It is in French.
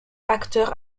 acteurs